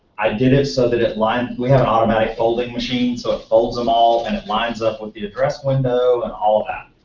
i did it so that it lined, we had an automatic folding machine, so it folds them all. and it lines up with the address window and all that.